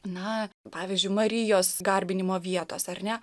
na pavyzdžiui marijos garbinimo vietos ar ne